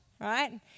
right